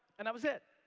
and that was it.